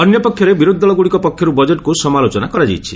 ଅନ୍ୟପକ୍ଷରେ ବିରୋଧୀଦଳଗୁଡ଼ିକ ପକ୍ଷରୁ ବଜେଟ୍କୁ ସମାଲୋଚନା କରାଯାଇଛି